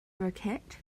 burkett